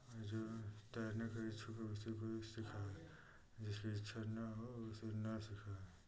और जो तैरने का इच्छुक हो उसी को ये सिखाएँ जिसकी इच्छा न हो उसे न सिखाएँ